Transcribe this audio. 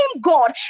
God